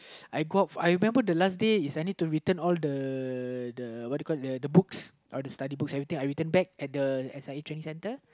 I go up I remember the last day is I need to return all the the what you call it the books I return back at the S_I_A training centre